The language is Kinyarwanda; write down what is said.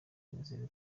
nizeye